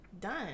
done